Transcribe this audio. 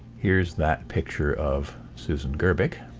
here's that picture of susan gerbic.